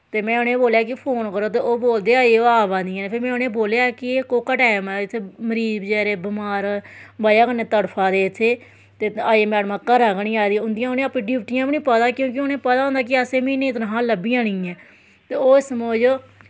ते में उनेंगी बोल्लेआ कि फोन करो ते ओह् बोलदे कि अजें ओह् अवा दियां नै फ्ही में उनेंगी बोल्लेआ कि एह् कोह्का टैम ऐ इत्थें मरीज बचैरे बमार बजह् कन्नै तड़फा दे ते अजैं मैडमां घरा गै निं आ दियां उनें अपनियां डयूटियां गै निं पता क्योंकि उनें पता होंदा कि असें म्हीने दा तनखाह् लब्भी जानी ऐं ते ओह् इस मोज